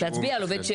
להצביע על עובד,